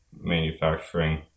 manufacturing